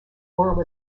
oral